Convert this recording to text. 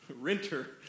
renter